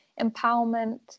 empowerment